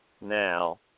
now